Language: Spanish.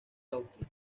austria